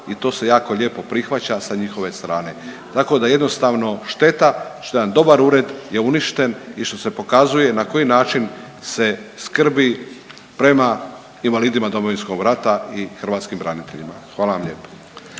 i to se jako lijepo prihvaća sa njihove strane. Tako da je jednostavno šteta što je jedan dobar ured je uništen i što se pokazuje na koji način se skrbi prema invalidima Domovinskog rata i hrvatskim braniteljima, hvala vam lijepa.